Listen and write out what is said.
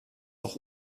auch